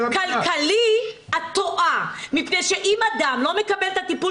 כלכלי את טועה מפני שאם אדם לא מקבל את הטיפול